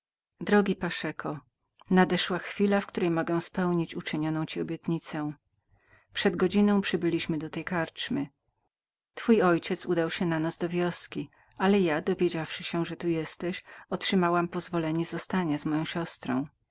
drogi paszeko nadeszła chwila w której mogę spełnić uczynioną ci obietnicę godzina temu jak przybyliśmy do tej karczmy twój ojciec udał się na noc do wioski ale ja dowiedziawszy się że tu jesteś otrzymałam pozwolenie zostania z moją siostrą